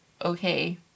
okay